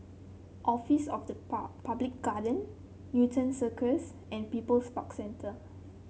office of the Public Guardian Newton Circus and People's Park Centre